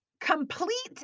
complete